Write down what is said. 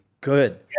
good